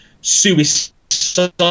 suicide